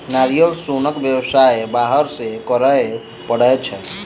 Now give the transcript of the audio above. नारियल सोनक व्यवसाय बाहर सॅ करय पड़ैत छै